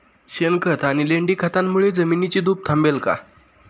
शेणखत आणि लेंडी खतांमुळे जमिनीची धूप थांबेल का?